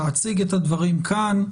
להציג את הדברים כאן,